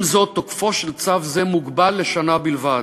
עם זאת, תוקפו של צו זה מוגבל לשנה בלבד.